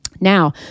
Now